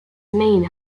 main